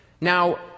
Now